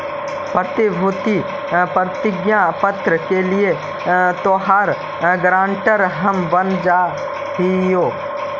प्रतिभूति प्रतिज्ञा पत्र के लिए तोहार गारंटर हम बन जा हियो